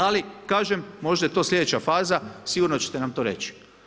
Ali kažem, možda je to sljedeća faza, sigurno ćete nam to reći.